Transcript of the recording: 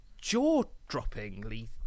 jaw-droppingly